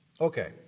Okay